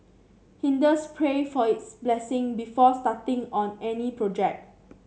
Hindus pray for his blessing before starting on any project